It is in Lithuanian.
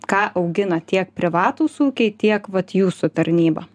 ką augina tiek privatūs ūkiai tiek vat jūsų tarnyba